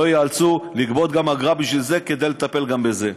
לא ייאלצו לגבות אגרה בשביל זה כדי לטפל גם בזה.